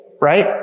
Right